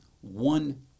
one